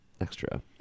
extra